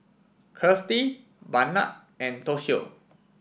Kirstie Barnard and Toshio